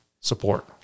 support